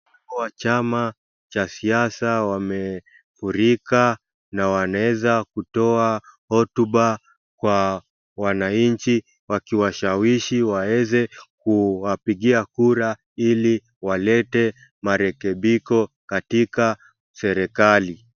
Wanachama wa siasa wamefurika na wameweza kutoa hotuba kwa wananchi wakiwashawishi waweze kuwapigia kura ili walete marekebiko katika serikali.